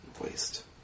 Waste